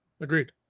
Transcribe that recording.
Agreed